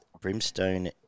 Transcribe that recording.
Brimstone